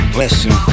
listen